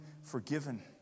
forgiven